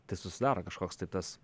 tai susidaro kažkoks tai tas